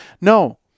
No